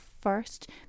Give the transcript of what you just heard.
first